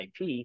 IP